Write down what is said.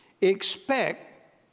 expect